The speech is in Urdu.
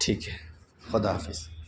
ٹھیک ہے خدا حافظ